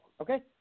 Okay